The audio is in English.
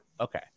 Okay